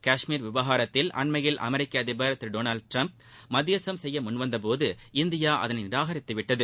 காஷ்மீர் விவகாரத்தில் அண்மையில் அமெரிக்க அதிபர் திரு டொனால்டு டிரம்ப் மத்தியஸ்தம் செய்ய முன்வந்தபோது இந்தியா அதனை நிராகரித்து விட்டது